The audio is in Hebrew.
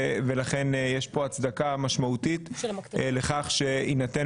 ולכן יש פה הצדקה משמעותית לכך שיינתן